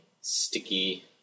sticky